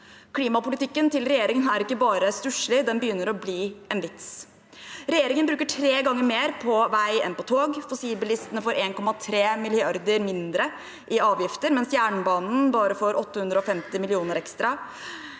Klimapolitikken til regjeringen er ikke bare stusselig, den begynner å bli en vits. Regjeringen bruker tre ganger mer på vei enn på tog. Fossilbilistene får 1,3 mrd. kr mindre i avgifter, mens jernbanen bare får 850 mill. kr ekstra.